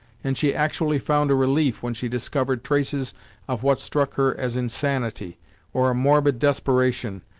and she actually found a relief when she discovered traces of what struck her as insanity or a morbid desperation,